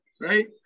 right